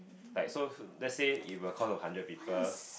like so let's say if a cohort of hundred people